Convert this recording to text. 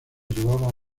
llevaba